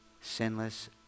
sinless